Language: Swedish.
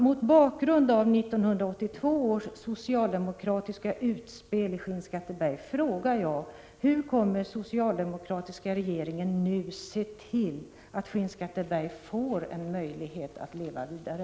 Mot bakgrund av 1982 års socialdemokratiska utspel i Skinnskatteberg frågar jag: Hur kommer den socialdemokratiska regeringen nu att se till att Skinnskatteberg får en möjlighet att leva vidare?